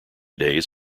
days